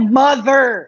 mother